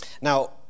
Now